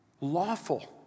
lawful